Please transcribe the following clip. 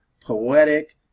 poetic